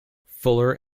fuller